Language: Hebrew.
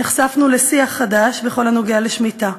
נחשפנו לשיח חדש בכל הנוגע לשמיטה.